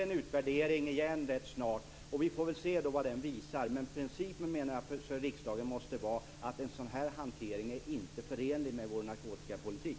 Nu kommer det rätt snart en utvärdering igen. Vi får väl se vad den visar. Men jag menar att principen för riksdagen måste vara att en sådan här hantering inte är förenlig med vår narkotikapolitik.